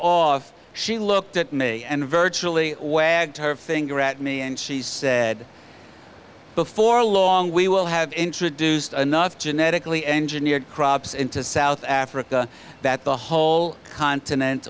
off she looked at me and virtually her finger at me and she said before long we will have introduced enough genetically engineered crops into south africa that the whole continent